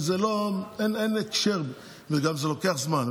אין קשר, וזה גם לוקח זמן.